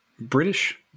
British